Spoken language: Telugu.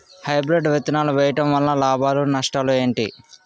హైబ్రిడ్ విత్తనాలు వేయటం వలన లాభాలు నష్టాలు ఏంటి?